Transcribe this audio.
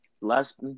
Last